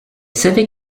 savait